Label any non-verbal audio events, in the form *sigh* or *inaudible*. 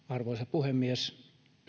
*unintelligible* arvoisa puhemies